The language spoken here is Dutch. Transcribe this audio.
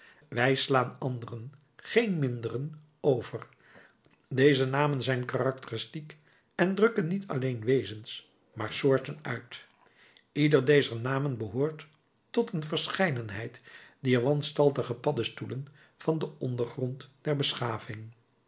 wij slaan anderen geen minderen over deze namen zijn karakteristiek en drukken niet alleen wezens maar soorten uit ieder dezer namen behoort tot een verscheidenheid dier wanstaltige paddestoelen van den ondergrond der beschaving